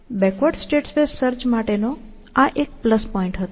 backward state space search માટેનો આ એક પ્લસ પોઇન્ટ હતો